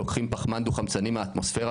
לוקחים פחמן דו חמצני מהאטמוספירה,